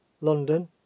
London